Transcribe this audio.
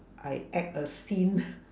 I act a scene